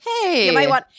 Hey